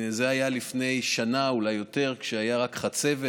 זה היה לפני שנה, אולי יותר, כשהייתה רק חצבת.